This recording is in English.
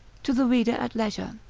to the reader at leisure.